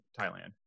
Thailand